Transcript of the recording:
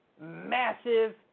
massive